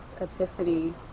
epiphany